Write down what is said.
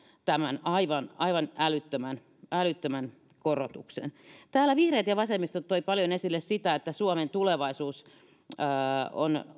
tämän aivan aivan älyttömän älyttömän korotukseen täällä vihreät ja vasemmisto toivat paljon esille sitä että suomen tulevaisuus